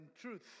truth